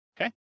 okay